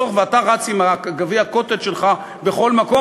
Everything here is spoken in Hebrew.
אתה רץ עם גביע הקוטג' בכל מקום,